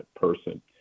person